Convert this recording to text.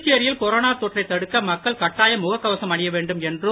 புதுச்சேரியில் கொரோனா தொற்றைத் தடுக்க மக்கள் கட்டாயம் முகக்கவசம் அணிய வேண்டும் என்றும்